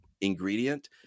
ingredient